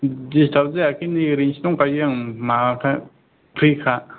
disturb जायाखै नै ओरैनोसो दंखायो आं माबाखा फ्रि खा